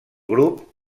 grup